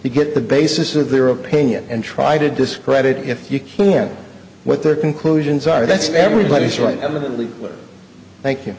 to get the basis of their opinion and try to discredit if you can what their conclusions are that's everybody's right evidently thank you